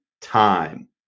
time